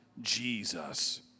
Jesus